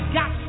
got